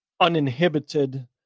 uninhibited